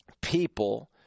people